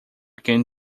quem